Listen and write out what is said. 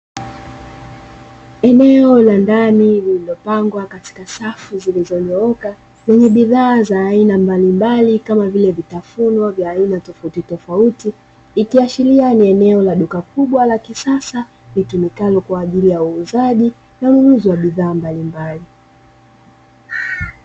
Eneo la ndani lililopangwa katika safu zilizonyooka lenye bidhaa za aina mbalimbali kama vile vitafunwa vya aina tofautitofauti, ikiashiria ni eneo la duka kubwa la kisasa litumikalo kwa ajili ya uuzaji na ununuzi wa bidhaa mbalimbali.